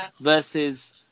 versus